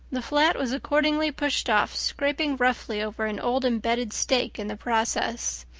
the flat was accordingly pushed off, scraping roughly over an old embedded stake in the process.